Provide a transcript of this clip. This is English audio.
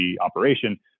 operation